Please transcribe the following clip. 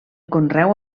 conreu